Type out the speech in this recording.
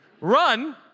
Run